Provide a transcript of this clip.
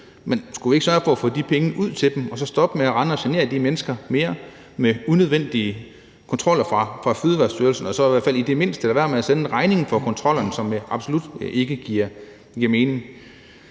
men skulle vi ikke sørge for at få de penge ud til dem og så stoppe med at rende og genere de mennesker mere med unødvendige kontroller fra Fødevarestyrelsen – og så i hvert fald i det mindste lade være med at sende regningen for kontrollerne, hvilket absolut ikke giver mening?